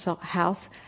house